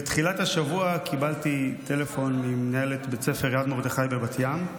בתחילת השבוע קיבלתי טלפון ממנהלת בית הספר יד מרדכי בבת ים,